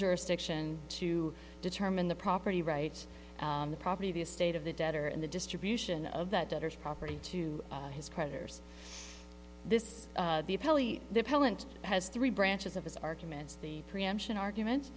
jurisdiction to determine the property rights the property the a state of the debtor and the distribution of that debtors property to his creditors this department has three branches of his arguments the preemption argument